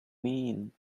mean